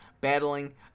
battling